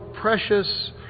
precious